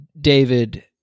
David